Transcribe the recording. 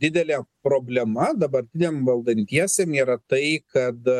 didelė problema dabartiniam valdantiesiem yra tai kada